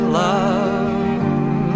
love